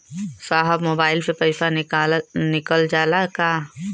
साहब मोबाइल से पैसा निकल जाला का?